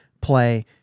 play